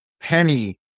Penny